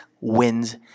wins